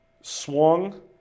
swung